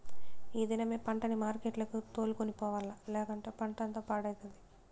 ఈ దినమే పంటని మార్కెట్లకి తోలుకొని పోవాల్ల, లేకంటే పంటంతా పాడైతది